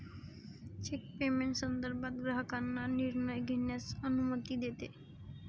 check payment संदर्भात ग्राहकांना निर्णय घेण्यास अनुमती देते